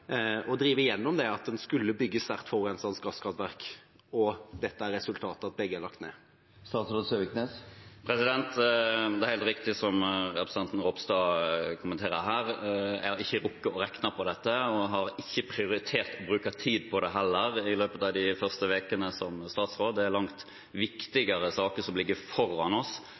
at en skulle bygge sterkt forurensende gasskraftverk – og resultatet er at begge er lagt ned? Det er helt riktig som representanten Ropstad kommenterer her. Jeg har ikke rukket å regne på dette og har ikke prioritert å bruke tid på det heller i løpet av de første ukene som statsråd. Det er langt viktigere saker som ligger foran oss,